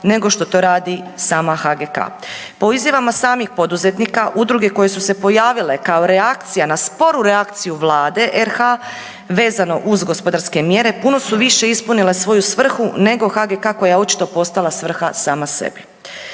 nego što to radi sama HGK. Po izjavama samih poduzetnika udruge koje su se pojavile kao reakcija na sporu reakciju Vlade RH vezano uz gospodarske mjere puno su više ispunile svoju svrhu nego HGK koja je očito postala svrha sama sebi.